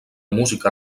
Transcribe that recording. música